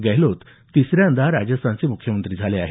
गहलोत तिसऱ्यांदा राजस्थानचे मुख्यमंत्री झाले आहेत